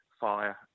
fire